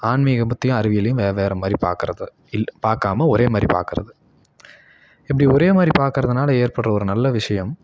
ஆன்மீகபுத்தியும் அறிவியலையும் வெவ்வேற மாதிரி பார்க்கறது இல் பார்க்காம ஒரே மாதிரி பார்க்கறது இப்படி ஒரே மாதிரி பார்க்கறதுனால ஏற்படுற ஒரு நல்ல விஷயம்